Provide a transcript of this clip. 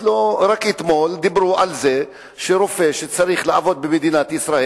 רק אתמול דיברו על זה שרופא שצריך לעבוד במדינת ישראל,